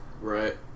Right